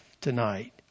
tonight